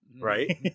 Right